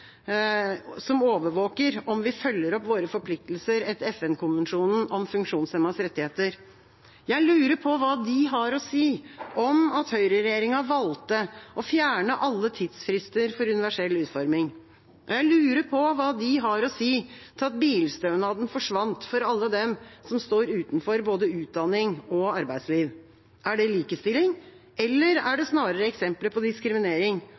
som overvåker om vi følger opp våre forpliktelser etter FN-konvensjonen om funksjonshemmedes rettigheter. Jeg lurer på hva de har å si om at høyreregjeringa valgte å fjerne alle tidsfrister for universell utforming. Jeg lurer på hva de har å si til at bilstønaden forsvant for alle dem som står utenfor både utdanning og arbeidsliv. Er det likestilling, eller er det snarere eksempler på diskriminering,